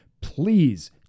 Please